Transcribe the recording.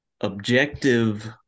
objective